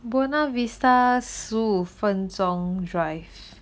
buona vista 十五分钟 drive